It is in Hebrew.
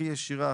הכי ישירה,